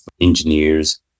engineers